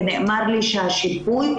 ונאמר לי שהשיפוי,